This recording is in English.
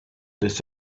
this